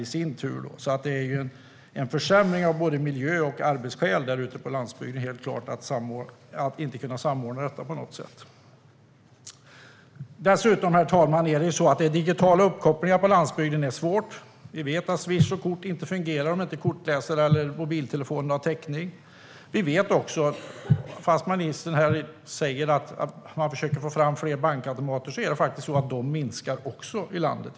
Att man inte kan samordna detta på något sätt har helt klart inneburit en försämring för landsbygden, av både miljömässiga skäl och arbetsskäl. Dessutom, herr talman, är det ju svårt med digitala uppkopplingar på landsbygden. Vi vet att Swish och kort inte fungerar om inte kortläsaren eller mobiltelefonen har täckning. Vi vet också att antalet bankautomater i landet minskar, trots att ministern här säger att man försöker få fram fler.